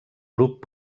grup